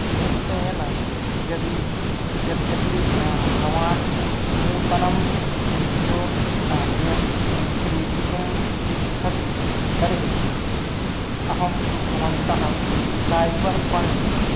निश्चयेन यदि यद्यपि भवान् नूतनं विड्यो गेम् क्रीडितुम् इच्छति तर्हि अहं भवन्तः सैबर् पङ्क्